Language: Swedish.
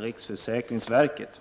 riksförsäkringsverket.